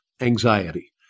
anxiety